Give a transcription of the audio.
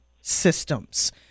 Systems